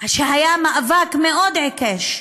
מאבק מאוד עיקש,